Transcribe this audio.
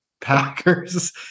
Packers